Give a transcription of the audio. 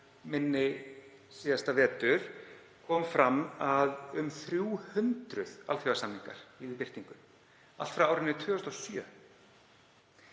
minni síðasta vetur kom fram að um 300 alþjóðasamningar bíði birtingar, allt frá árinu 2007.